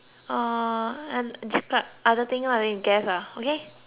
and describe other thing ah then you guess ah okay